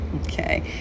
okay